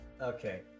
okay